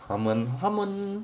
他们他们